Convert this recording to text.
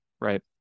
Right